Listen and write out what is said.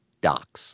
docs